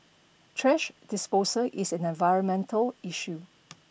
thrash disposal is an environmental issue